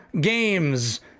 games